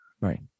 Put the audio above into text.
Right